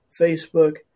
Facebook